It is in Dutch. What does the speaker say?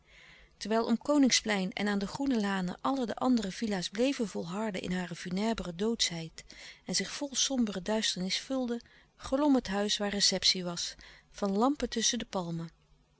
terwijl om koningsplein en aan de groene lanen alle de andere villa's bleven volharden in hare funèbre doodschheid en zich vol sombere duisternis vulden glom het huis waar receptie was van lampen tusschen de palmen